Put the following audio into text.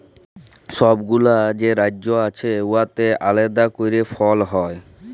ছব গুলা যে রাজ্য আছে উয়াতে আলেদা ক্যইরে ফল হ্যয়